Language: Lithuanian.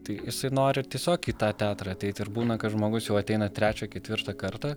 tai jisai nori tiesiog į tą teatrą ateit ir būna kad žmogus jau ateina trečią ketvirtą kartą